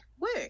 work